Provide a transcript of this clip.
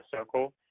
circle